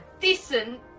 decent